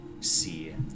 see